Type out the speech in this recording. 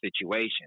situation